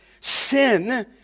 Sin